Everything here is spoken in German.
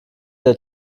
der